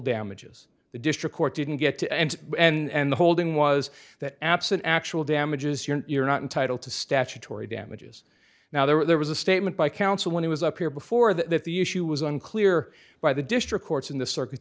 damages the district court didn't get to end and the holding was that absent actual damages you're not entitled to statutory damages now there was a statement by counsel when he was up here before that the issue was unclear by the district courts in the circu